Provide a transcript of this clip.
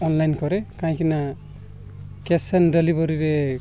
online କରେ କାହିଁକିନା cash on ଡେଲିଭରିରେ